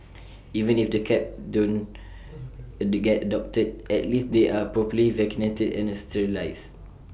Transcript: even if the cats don't get adopted at least they are properly vaccinated and sterilised